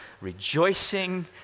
Rejoicing